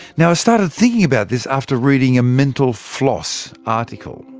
now i started thinking about this after reading a mental floss article.